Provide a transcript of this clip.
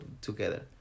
together